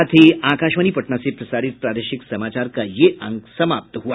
इसके साथ ही आकाशवाणी पटना से प्रसारित प्रादेशिक समाचार का ये अंक समाप्त हुआ